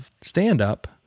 stand-up